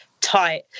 tight